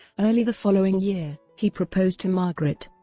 early the following year, he proposed to margaret.